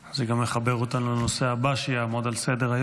זה מחבר אותנו לנושא הבא שיעמוד על סדר-היום.